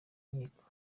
nkiko